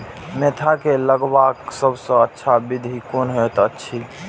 Mentha के लगवाक सबसँ अच्छा विधि कोन होयत अछि?